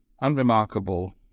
unremarkable